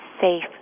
safe